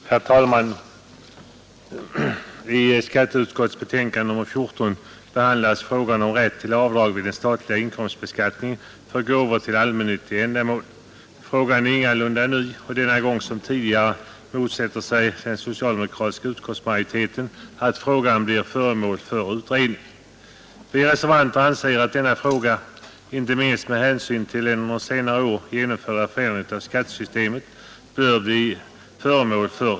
Herr talman! I skatteutskottets betänkande nr 14 behandlas frågan om rätt till avdrag vid den statliga inkomstbeskattningen för gåvor till allmännyttiga ändamål. Frågan är ingalunda ny. Denna gång liksom tidigare motsätter sig den socialdemokratiska utskottsmajoriteten att frågan blir föremål för utredning. Vi reservanter anser att denna fråga, inte minst med hänsyn till den under senare år genomförda förändringen av skattesystemet, bör utredas.